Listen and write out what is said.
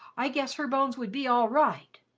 i guess her bones would be all right.